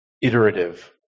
iterative